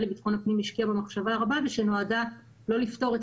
לביטחון פנים השקיע בו מחשבה רבה ושנועדה לא לפתור את